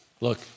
look